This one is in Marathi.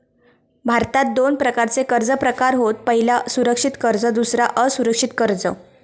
भारतात दोन प्रकारचे कर्ज प्रकार होत पह्यला सुरक्षित कर्ज दुसरा असुरक्षित कर्ज